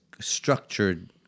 structured